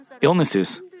illnesses